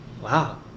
wow